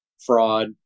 fraud